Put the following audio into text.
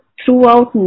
throughout